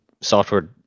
software